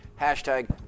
Hashtag